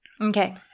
Okay